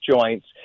joints